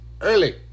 Early